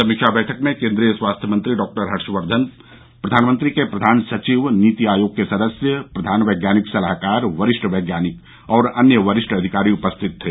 समीक्षा बैठक में केन्द्रीय स्वास्थ्य मंत्री डॉक्टर हर्षवर्धन प्रधानमंत्री के प्रधान सचिव नीति आयोग के सदस्य प्रधान वैज्ञानिक सलाहकार वरिष्ठ वैज्ञानिक और अन्य वरिष्ठ अधिकारी उपस्थित थे